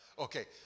Okay